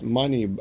money